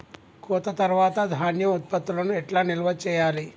కోత తర్వాత ధాన్యం ఉత్పత్తులను ఎట్లా నిల్వ చేయాలి?